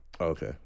Okay